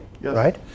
right